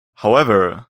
however